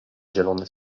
zielony